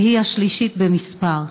והיא השלישית במספר.